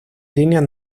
líneas